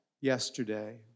yesterday